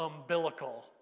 umbilical